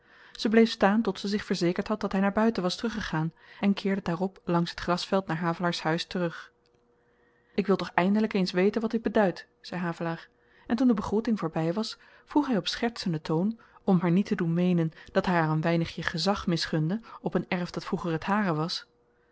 ze bleef staan tot zy zich verzekerd had dat hy naar buiten was teruggegaan en keerde daarop langs het grasveld naar havelaars huis terug ik wil toch eindelyk eens weten wat dit beduidt zei havelaar en toen de begroeting voorby was vroeg hy op schertsenden toon om haar niet te doen meenen dat hy haar een weinigje gezag misgunde op een erf dat vroeger t hare was